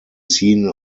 seen